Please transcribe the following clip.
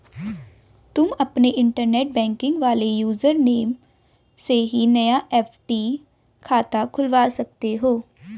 तुम अपने internet banking वाले यूज़र नेम से ही नया एफ.डी खाता खुलवा सकते हो